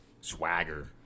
swagger